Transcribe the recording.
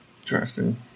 Interesting